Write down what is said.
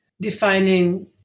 defining